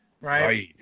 Right